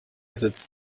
sitzt